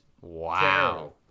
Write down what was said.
wow